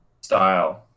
style